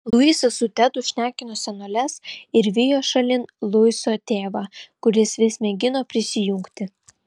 luisas su tedu šnekino senoles ir vijo šalin luiso tėvą kuris vis mėgino prisijungti